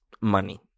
money